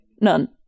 None